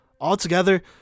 altogether